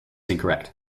incorrect